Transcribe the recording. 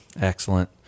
Excellent